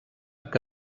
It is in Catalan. que